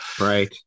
Right